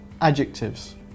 adjectives